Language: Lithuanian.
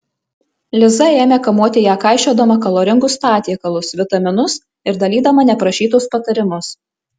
liza ėmė kamuoti ją kaišiodama kaloringus patiekalus vitaminus ir dalydama neprašytus patarimus